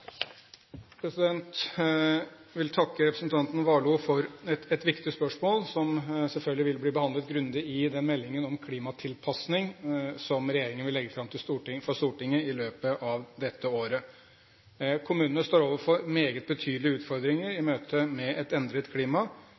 vil takke representanten Warloe for et viktig spørsmål, som selvfølgelig vil bli behandlet grundig i meldingen om klimatilpasning som regjeringen vil legge fram for Stortinget i løpet av dette året. Kommunene står overfor meget betydelige utfordringer i møte med et endret klima.